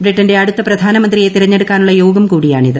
ബ്രിട്ടന്റെ അടുത്ത പ്രധാനമന്ത്രിയെ തെരഞ്ഞെടുക്കാനുള്ള യോഗം കൂടിയാണിത്